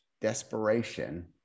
desperation